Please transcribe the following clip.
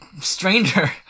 stranger